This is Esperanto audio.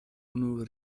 unu